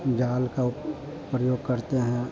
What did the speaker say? जाल का प्रयोग करते हैं